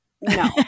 no